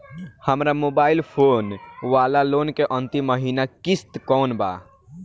हमार mobile phone वाला loan के अंतिम महिना किश्त कौन बा?